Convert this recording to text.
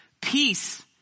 Peace